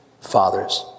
fathers